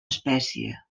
espècie